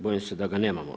Bojim se da ga nemamo.